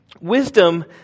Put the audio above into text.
wisdom